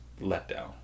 letdown